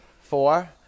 four